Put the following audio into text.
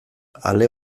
ale